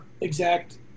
exact